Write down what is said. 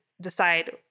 decide